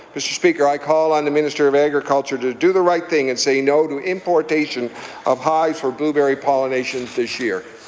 mr. speaker, i call on the minister of agriculture to do the right thing and say no to importation of hives for blueberry pollination this year.